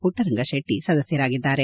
Mattaranga Shetty ಸದಸ್ಕರಾಗಿದ್ದಾರೆ